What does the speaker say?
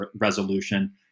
Resolution